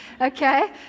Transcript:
Okay